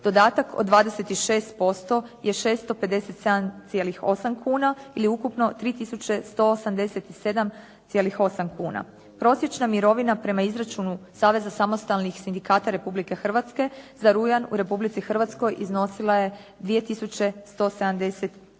Dodatak od 26% je 657,8 kuna ili ukupno 3187,8 kuna. Prosječna mirovina prema izračunu Saveza samostalnih sindikata Republike Hrvatske za rujan u Republici Hrvatskoj iznosila je 2172,48 kn.